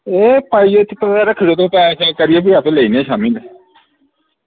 ए पाइयै चिट्टे दे रखी ओड़ो तुस पैक शैक करियै फ्ही आप्पे लेइने शाम्मी लै